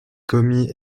commis